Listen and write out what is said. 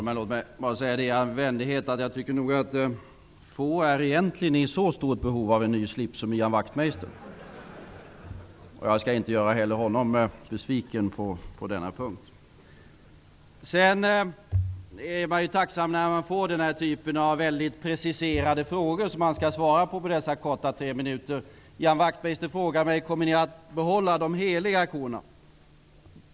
Fru talman! Låt mig i all vänlighet säga att jag nog tycker att få egentligen är i så stort behov av en ny slips som Ian Wachtmeister. Jag skall inte göra honom heller besviken på denna punkt. Man är ju tacksam när man får den här typen av väldigt preciserade frågor som man skall svara på under tre korta minuter. Ian Wachtmeister frågade mig: Kommer ni att behålla de heliga korna?